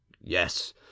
Yes